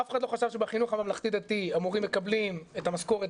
אף אחד לא חשב שבחינוך הממלכתי דתי המורים מקבלים את המשכורת